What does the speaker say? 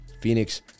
Phoenix